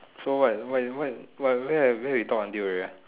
so what we where where we talk until already ah